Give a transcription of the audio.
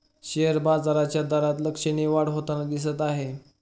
share बाजाराच्या दरात लक्षणीय वाढ होताना दिसत आहे